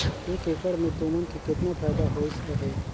एक एकड़ मे तुमन के केतना फायदा होइस अहे